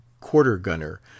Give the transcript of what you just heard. quarter-gunner